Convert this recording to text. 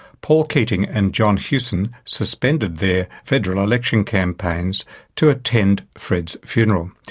paul keating and john hewson suspended their federal election campaigns to attend fred's funeral.